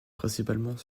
principalement